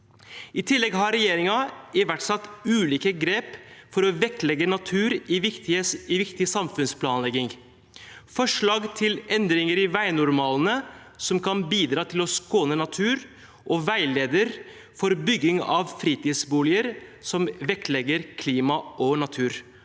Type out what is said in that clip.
I tillegg har regjeringen iverksatt ulike grep for å vektlegge natur i viktig samfunnsplanlegging: i forslag til endringer i veinormalene, som kan bidra til å skåne natur, og i veileder for bygging av fritidsboliger, som vektlegger klima og natur.